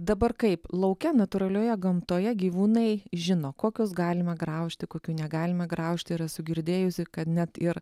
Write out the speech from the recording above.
dabar kaip lauke natūralioje gamtoje gyvūnai žino kokius galima graužti kokių negalima graužti ir esu girdėjusi kad net ir